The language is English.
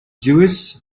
jewish